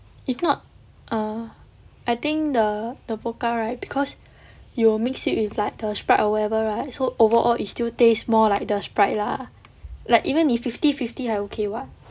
if not err I think the the vodka right because you will mix it with like the sprite or whatever right so overall is still tastes more like the sprite lah like even 你 fifty fifty 还 okay [what]